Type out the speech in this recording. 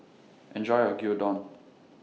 Enjoy your Gyudon